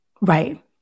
Right